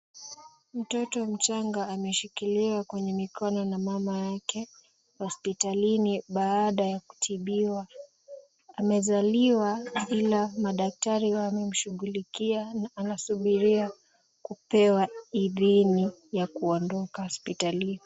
Mtoto mchanga ameshikiliwa kwenye mikono na mama yake hospitalini baada ya kutibiwa. Amezaliwa ila madaktari wamemshughulikia na anasubiria kupewa idhini ya kuondoka hospitalini.